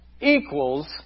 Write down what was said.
equals